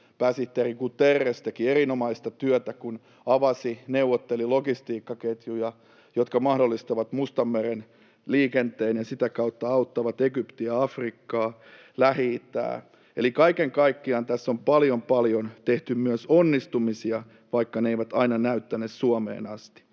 Pääsihteeri Guterres teki erinomaista työtä, kun avasi, neuvotteli, logistiikkaketjuja, jotka mahdollistavat Mustanmeren liikenteen ja sitä kautta auttavat Egyptiä, Afrikkaa, Lähi-itää. Eli kaiken kaikkiaan tässä on paljon, paljon tehty myös onnistumisia, vaikka ne eivät aina näy tänne Suomeen asti.